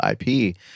IP